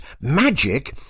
magic